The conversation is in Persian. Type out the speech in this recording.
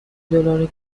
دلار